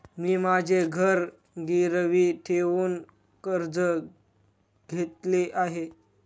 मी माझे घर गिरवी ठेवून कर्ज घेतले आहे